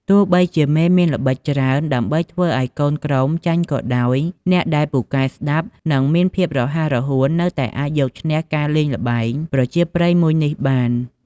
ទោះបីជាមេមានល្បិចច្រើន ដើម្បីធ្វើឱ្យកូនក្រុមចាញ់ក៏ដោយ អ្នកដែលពូកែស្ដាប់ និង មានភាពរហ័សរហួននៅតែអាចយកឈ្នះការលែងល្បែងប្រជាប្រិយមួយនេះបាន។